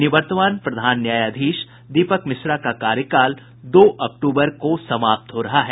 निवर्तमान प्रधान न्यायाधीश दीपक मिश्रा का कार्यकाल दो अक्टूबर को समाप्त हो रहा है